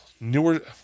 newer